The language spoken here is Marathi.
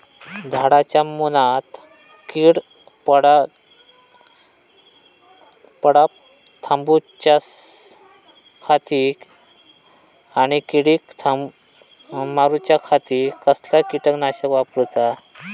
झाडांच्या मूनात कीड पडाप थामाउच्या खाती आणि किडीक मारूच्याखाती कसला किटकनाशक वापराचा?